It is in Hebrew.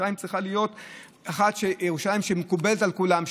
ירושלים צריכה להיות ירושלים שמקובלת על כולם,